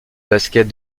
basket